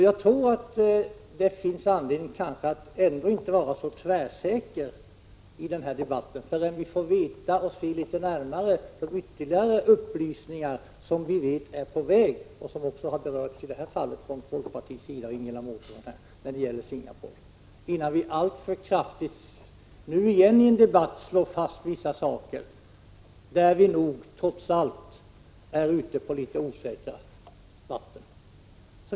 Jag tror att det finns anledning att inte vara så tvärsäker i den här debatten — vi vet ju att ytterligare upplysningar är på väg; det har ju berörts också från folkpartiets sida, av Ingela Mårtensson i det här fallet. Vi bör nog avvakta dem innan vi nu igen i en debatt alltför tvärsäkert slår fast hur det är med vissa saker; där rör vi oss trots allt fortfarande på osäkert vatten.